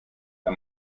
der